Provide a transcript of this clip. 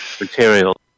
material